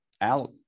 out